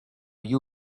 you